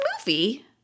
movie